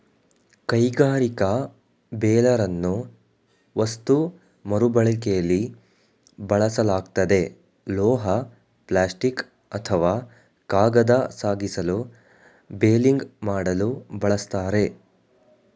ಕೈಗಾರಿಕಾ ಬೇಲರನ್ನು ವಸ್ತು ಮರುಬಳಕೆಲಿ ಬಳಸಲಾಗ್ತದೆ ಲೋಹ ಪ್ಲಾಸ್ಟಿಕ್ ಅಥವಾ ಕಾಗದ ಸಾಗಿಸಲು ಬೇಲಿಂಗ್ ಮಾಡಲು ಬಳಸ್ತಾರೆ